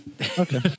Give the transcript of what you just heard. Okay